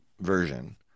version